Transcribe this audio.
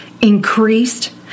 increased